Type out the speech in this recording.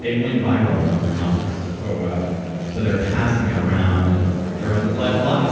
it went viral among the comics oh, wow so, they were passing it around. and a like lot of